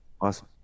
Awesome